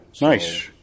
Nice